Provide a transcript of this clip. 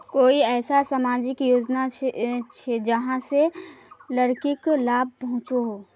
कोई ऐसा सामाजिक योजना छे जाहां से लड़किक लाभ पहुँचो हो?